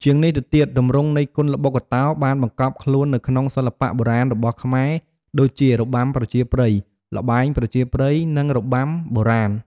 ជាងនេះទៅទៀត ទម្រង់នៃគុនល្បុក្កតោបានបង្កប់ខ្លួននៅក្នុងសិល្បៈបុរាណរបស់ខ្មែរដូចជា របាំប្រជាប្រិយ ល្បែងប្រជាប្រិយ និងរបាំបុរាណ។